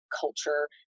culture